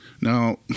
Now